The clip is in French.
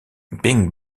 bing